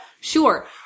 Sure